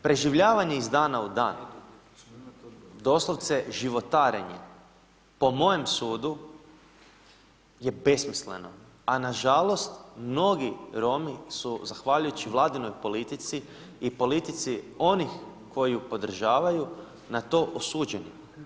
Preživljavanje iz dana u dan doslovce životarenje po mojem sudu je besmisleno, a nažalost mnogi Romi su zahvaljujući Vladinoj politici i politici onih koji ju podržavaju na to osuđeni.